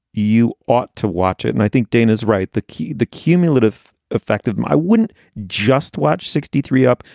you ought to watch it. and i think dana's right. the key. the cumulative effect of my wouldn't just watch sixty-three up.